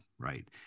Right